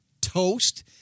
toast